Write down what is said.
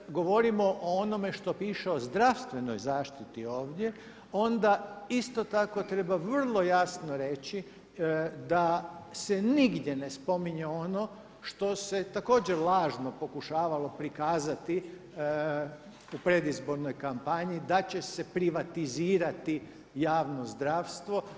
Kada govorimo o onome što piše o zdravstvenoj zaštiti ovdje onda isto tako treba vrlo jasno reći da se nigdje ne spominje ono što se također lažno pokušavalo prikazati u predizbornoj kampanji, da će se privatizirati javno zdravstvo.